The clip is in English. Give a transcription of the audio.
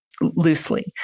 Loosely